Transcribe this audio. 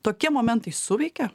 tokie momentai suveikia